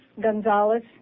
Gonzalez